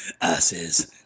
asses